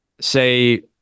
say